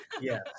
Yes